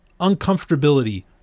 uncomfortability